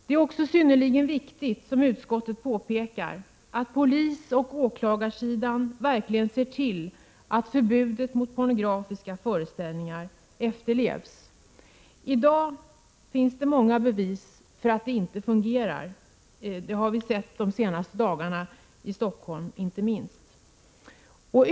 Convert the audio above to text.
Som utskottet påpekar är det också synnerligen viktigt att polisoch åklagarmyndigheterna verkligen ser till att förbudet mot pornografiska föreställningar efterlevs. I dag finns det många bevis för att förbudet inte fungerar — inte minst de senaste dagarnas händelser i Stockholm bekräftar det.